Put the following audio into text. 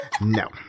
no